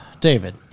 David